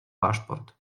paszport